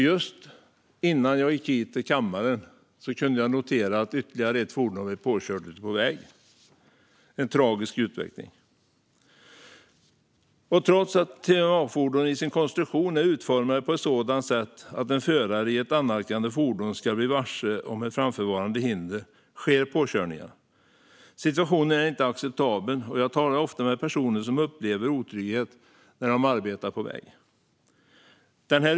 Just innan jag gick hit till kammaren kunde jag notera att ytterligare ett fordon har blivit påkört ute på väg - en tragisk utveckling. Trots att TMA-fordon till sin konstruktion är utformade på ett sådant sätt att en förare i ett annalkande fordon ska bli varse ett framförvarande hinder sker påkörningar. Situationen är inte acceptabel, och jag talar ofta med personer som upplever otrygghet när de arbetar på väg.